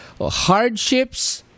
hardships